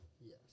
Yes